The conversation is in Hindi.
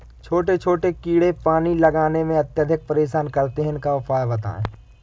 छोटे छोटे कीड़े पानी लगाने में अत्याधिक परेशान करते हैं इनका उपाय बताएं?